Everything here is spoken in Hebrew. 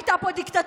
הייתה פה דיקטטורה?